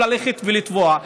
לכן, הם לא יכולים ללכת ולתבוע.